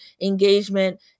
engagement